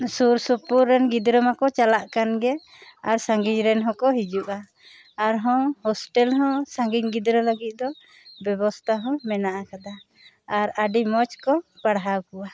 ᱥᱩᱨ ᱥᱩᱯᱩᱨ ᱨᱮᱱ ᱜᱤᱫᱽᱨᱟᱹ ᱢᱟᱠᱚ ᱪᱟᱞᱟᱜ ᱠᱟᱱ ᱜᱮ ᱟᱨ ᱥᱟ ᱜᱤᱧ ᱨᱮᱱ ᱦᱚᱸᱠᱚ ᱦᱤᱡᱩᱜᱼᱟ ᱟᱨᱦᱚᱸ ᱦᱚᱥᱴᱮᱞ ᱦᱚᱸ ᱥᱟ ᱜᱤᱧ ᱜᱤᱫᱽᱨᱟᱹ ᱞᱟᱹᱜᱤᱫ ᱫᱚ ᱵᱮᱵᱚᱥᱛᱷᱟ ᱦᱚᱸ ᱢᱮᱱᱟᱜ ᱟᱠᱟᱫᱟ ᱟᱨ ᱟᱹᱰᱤ ᱢᱚᱡᱽ ᱠᱚ ᱯᱟᱲᱦᱟᱣ ᱠᱚᱣᱟ